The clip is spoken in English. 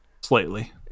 Slightly